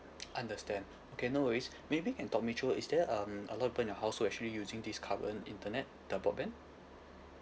understand okay no worries maybe can talk me through is there um a lot of people in your household actually using this current internet the broadband